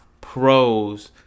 pros